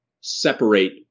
separate